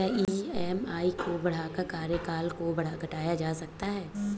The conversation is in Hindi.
क्या ई.एम.आई को बढ़ाकर कार्यकाल को घटाया जा सकता है?